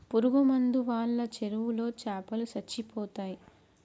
పురుగు మందు వాళ్ళ చెరువులో చాపలో సచ్చిపోతయ్